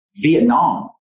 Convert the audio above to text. Vietnam